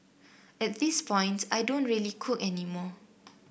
at this point I don't really cook any more